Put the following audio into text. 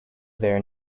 their